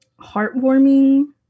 heartwarming